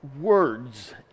words